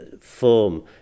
form